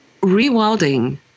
Rewilding